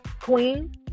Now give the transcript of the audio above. Queen